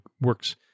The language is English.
works